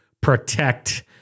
protect